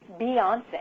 Beyonce